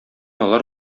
алар